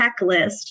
checklist